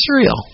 Israel